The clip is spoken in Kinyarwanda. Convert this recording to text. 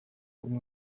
umwe